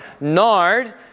Nard